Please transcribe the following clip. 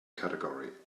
category